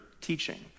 teaching